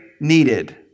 needed